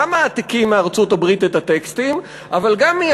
גם מעתיקים מארצות-הברית את הטקסטים,